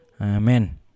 Amen